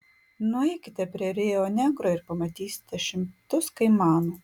nueikite prie rio negro ir pamatysite šimtus kaimanų